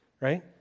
right